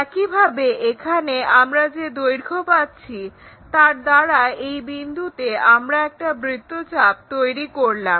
একইভাবে এখানে আমরা যে দৈর্ঘ্য পাচ্ছি তার দ্বারা এই বিন্দুতে আমরা একটা বৃত্তচাপ তৈরি করলাম